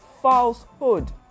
falsehood